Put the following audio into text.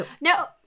No